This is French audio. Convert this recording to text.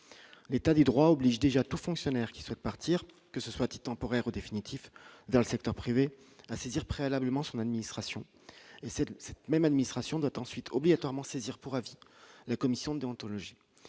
l'état du droit oblige déjà tout fonctionnaire qui souhaitent partir, que ce soit temporaire ou définitif dans le secteur privé à saisir préalablement son administration et c'est cette même administration doit ensuite obligatoirement saisir pour avis la commission déontologique,